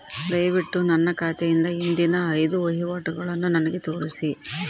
ದಯವಿಟ್ಟು ನನ್ನ ಖಾತೆಯಿಂದ ಹಿಂದಿನ ಐದು ವಹಿವಾಟುಗಳನ್ನು ನನಗೆ ತೋರಿಸಿ